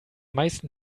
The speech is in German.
meisten